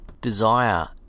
Desire